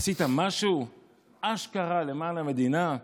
עשית משהו אשכרה למען המדינה?